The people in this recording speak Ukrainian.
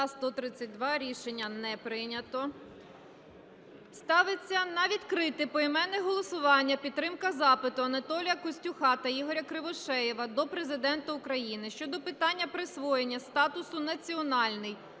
За-132 Рішення не прийнято. Ставиться на відкрите поіменне голосування підтримка запиту Анатолія Костюха та Ігоря Кривошеєва до Президента України щодо питання присвоєння статусу "національний"